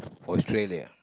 Australia